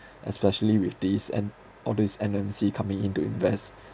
especially with this and all these M_N_C coming in to invest